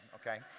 Okay